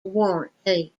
warranty